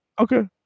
Okay